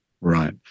Right